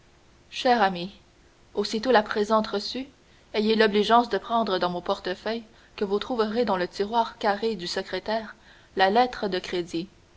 cher ami aussitôt la présente reçue ayez l'obligeance de prendre dans mon portefeuille que vous trouverez dans le tiroir carré du secrétaire la lettre de crédit